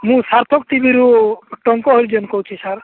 ମୁଁ ସାର୍ଥକ ଟିଭିରୁ ଟଙ୍କ ଏଜେଣ୍ଟ କହୁଛି ସାର୍